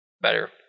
better